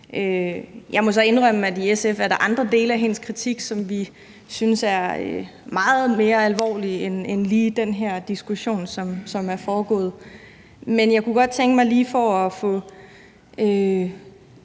Jeg må så indrømme, at der er andre dele af hendes kritik, som vi i SF synes er meget mere alvorlige end lige den her diskussion, som er foregået. Men jeg kunne godt lige, for at få